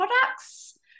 products